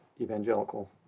evangelical